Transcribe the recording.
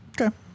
Okay